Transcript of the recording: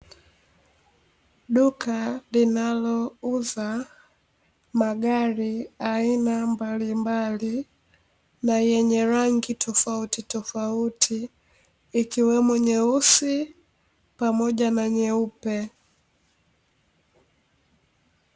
Duka linalouza magari aina mbalimbali, na yenye rangi tofauti tofauti ikiwemo nyeusi pamoja na nyeupe.